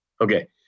Okay